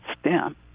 STEM